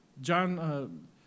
John